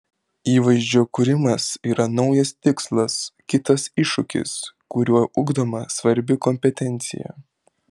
įvaizdžio kūrimas yra naujas tikslas kitas iššūkis kuriuo ugdoma svarbi kompetencija